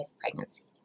pregnancies